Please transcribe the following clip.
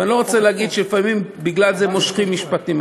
ואני לא רוצה להגיד שלפעמים בגלל זה מושכים משפטים,